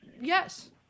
Yes